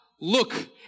look